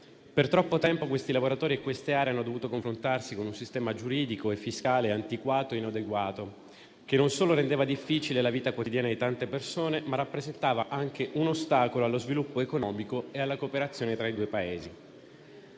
Per troppo tempo, questi lavoratori e queste aree hanno dovuto confrontarsi con un sistema giuridico e fiscale antiquato e inadeguato, che non solo rendeva difficile la vita quotidiana di tante persone, ma rappresentava anche un ostacolo allo sviluppo economico e alla cooperazione tra i due Paesi.